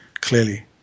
clearly